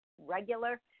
regular